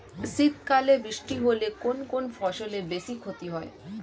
শীত কালে বৃষ্টি হলে কোন কোন ফসলের বেশি ক্ষতি হয়?